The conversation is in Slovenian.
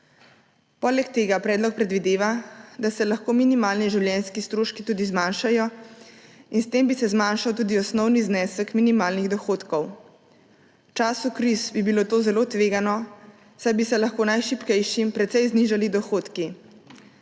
Poleg tega predlog predvideva, da se lahko minimalni življenjski stroški tudi zmanjšajo, in s tem bi se zmanjšal tudi osnovni znesek minimalnih dohodkov. V času kriz bi bilo to zelo tvegano, saj bi se lahko najšibkejšim precej znižali dohodki.